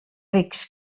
rics